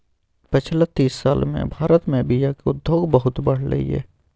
पछिला तीस साल मे भारत मे बीयाक उद्योग बहुत बढ़लै यै